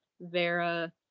vera